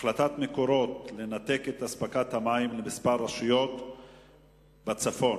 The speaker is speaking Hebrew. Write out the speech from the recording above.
החלטת "מקורות" לנתק את אספקת המים לכמה רשויות ערביות בצפון,